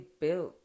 built